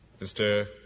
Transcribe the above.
Mr